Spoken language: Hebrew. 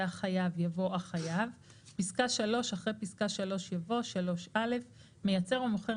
והחייב" יבוא "החייב"; (3)אחרי פסקה (3) יבוא: "(3א) מייצר או מוכר